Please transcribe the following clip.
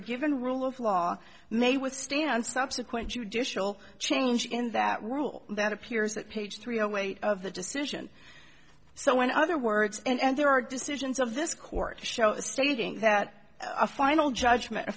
a given rule of law may withstand subsequent judicial change in that rule that appears that page three await of the decision so when other words and there are decisions of this court show stating that a final judgment